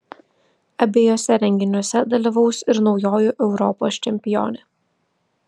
abiejuose renginiuose dalyvaus ir naujoji europos čempionė